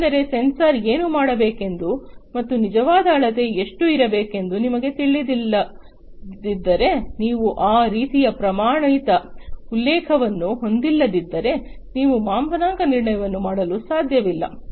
ಏಕೆಂದರೆ ಸೆನ್ಸರ್ ಏನು ಮಾಡಬೇಕೆಂದು ಮತ್ತು ನಿಜವಾದ ಅಳತೆ ಎಷ್ಟು ಇರಬೇಕೆಂದು ನಿಮಗೆ ತಿಳಿದಿಲ್ಲದಿದ್ದರೆ ನೀವು ಆ ರೀತಿಯ ಪ್ರಮಾಣಿತ ಉಲ್ಲೇಖವನ್ನು ಹೊಂದಿಲ್ಲದಿದ್ದರೆ ನೀವು ಮಾಪನಾಂಕ ನಿರ್ಣಯವನ್ನು ಮಾಡಲು ಸಾಧ್ಯವಿಲ್ಲ